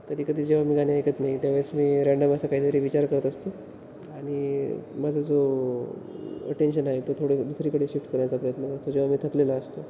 कधी कधी जेव्हा मी गाणे ऐकत नाही त्यावेळेस मी रेंडम असा काहीतरी विचार करत असतो आणि माझा जो अटेंशन आहे तो थोडं दुसरीकडे शिफ्ट करायचा प्रयत्न करतो जेव्हा मी थकलेला असतो